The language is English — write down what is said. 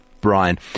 brian